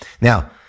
Now